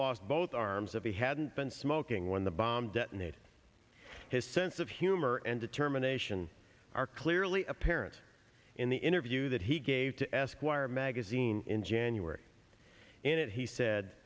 lost both arms of he hadn't been smoking when the bomb detonated his sense of humor and determination are clearly apparent in the interview that he gave to esquire magazine in january in it he said